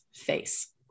face